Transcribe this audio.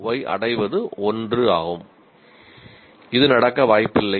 வை அடைவது 1 ஆகும் இது நடக்க வாய்ப்பில்லை